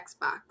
Xbox